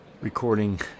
recording